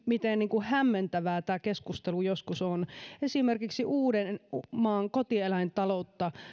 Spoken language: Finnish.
miten hämmentävää tämä keskustelu joskus on on se että esimerkiksi uudenmaan kotieläintaloutta